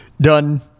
done